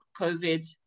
COVID